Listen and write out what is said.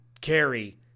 carry